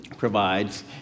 provides